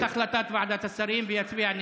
הוא אמר שהוא יפר את החלטת ועדת השרים ויצביע נגד.